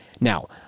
Now